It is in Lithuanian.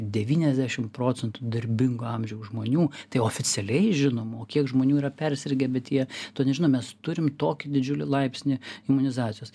devyniasdešim procentų darbingo amžiaus žmonių tai oficialiai žinomų o kiek žmonių yra persirgę bet jie to nežino mes turim tokį didžiulį laipsnį imunizacijos